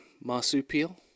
marsupial